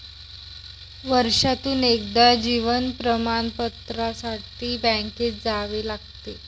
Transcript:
वर्षातून एकदा जीवन प्रमाणपत्रासाठी बँकेत जावे लागते